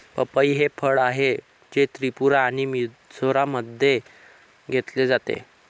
पपई हे फळ आहे, जे त्रिपुरा आणि मिझोराममध्ये घेतले जाते